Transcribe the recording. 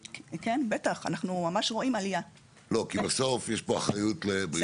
אבל מפקחי רישוי אנחנו קבענו שיש להם עוד סמכויות.